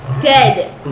dead